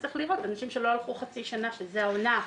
צריך לראות, אנשים שלא הלכו חצי שנה שזאת העונה,